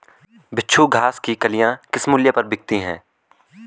बिच्छू घास की कलियां किस मूल्य पर बिकती हैं?